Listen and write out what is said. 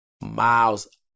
Miles